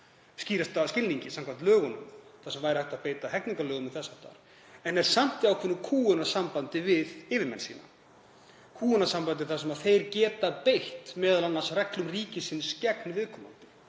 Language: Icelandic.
skýrasta skilningi samkvæmt lögunum þar sem hægt væri að beita hegningarlögum eða þess háttar, en er samt í ákveðnu kúgunarsambandi við yfirmenn sína, kúgunarsambandi þar sem þeir geta m.a. beitt reglum ríkisins gegn viðkomandi